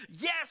yes